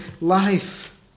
life